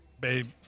babe